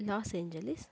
Los Angeles